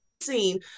seen